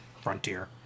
frontier